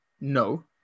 No